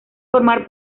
formar